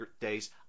Days